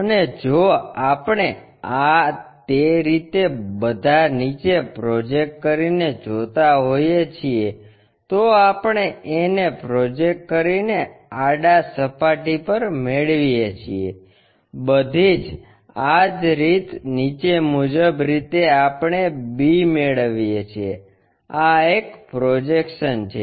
અને જો આપણે આ તે રીતે બધા નીચે પ્રોજેક્ટ કરીને જોતા હોઈએ છીએ તો આપણે A ને પ્રોજેકટ કરીને આડા સપાટી પર મેળવીએ છીએ બધી આં જ રીતે નીચે મુજબ રીતે આપણે B મેળવીએ છીએ આ એક પ્રોજેક્શન્સ છે